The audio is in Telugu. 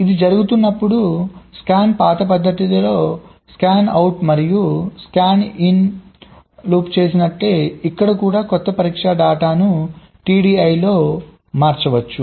ఇది జరుగుతున్నప్పుడు స్కాన్ పాత్ పద్ధతిలో స్కాన్ అవుట్ మరియు స్కాన్ ఇన్ లాప్ చేసినట్లే ఇక్కడ కూడా క్రొత్త పరీక్ష డేటాను టిడిఐలో మార్చవచ్చు